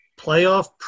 playoff